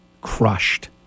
Crushed